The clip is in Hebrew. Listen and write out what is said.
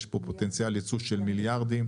יש פה פוטנציאל ייצוא של מיליארדים.